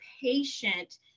patient